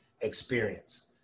experience